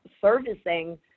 servicing